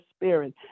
spirit